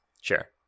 Sure